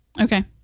Okay